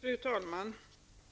Fru talman!